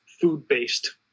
food-based